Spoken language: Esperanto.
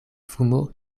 fumo